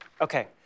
Okay